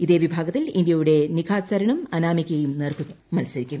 ഇതേവിഭാഗത്തിൽ ഇന്ത്യയുടെ നിഖാത്ത് സരീനും അനാമികയും നേർക്കുനേർ മത്സരിക്കും